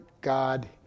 God